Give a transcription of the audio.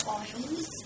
oils